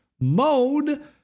mode